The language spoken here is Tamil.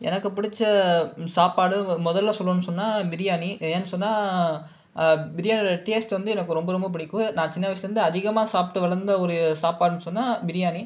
எனக்கு பிடிச்ச சாப்பாடு முதலில் சொல்லணும்னு சொன்னால் பிரியாணி என் சொன்னால் பிரியாணியோடய டேஸ்ட் வந்து எனக்கு ரொம்ப ரொம்ப பிடிக்கும் நான் சின்ன வயசுலேருந்து அதிகமாக சாப்பிட்டு வளர்ந்த ஒரு சாப்பாடுன்னு சொன்னால் பிரியாணி